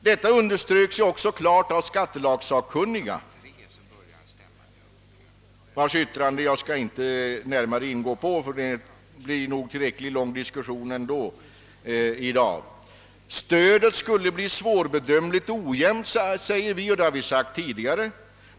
Detta underströks också klart av skattelagssakkunniga, vars yttrande jag inte skall gå närmare in på; det blir nog en tillräckligt lång diskussion ändå i dag. Stödet skulle bli svårbedömbart anser vi reservanter nu som tidigare.